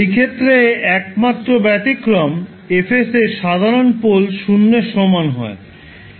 এই ক্ষেত্রে একমাত্র ব্যতিক্রম F 𝑠 এর সাধারণ পোল 0 এর সমান হয়